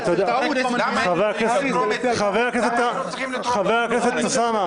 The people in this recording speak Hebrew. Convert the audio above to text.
חבר הכנסת אוסאמה,